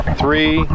three